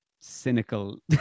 cynical